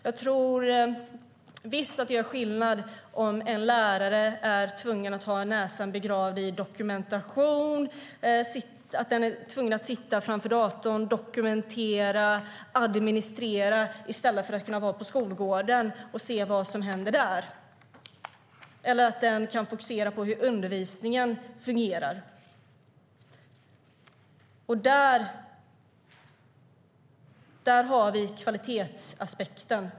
Jag tror visst att det gör skillnad om en lärare är tvungen att ha näsan begravd i dokumentation och är tvungen att sitta framför datorn och dokumentera och administrera i stället för att kunna vara på skolgården och se vad som händer där eller kan fokusera på hur undervisningen fungerar. Där har vi en kvalitetsaspekt.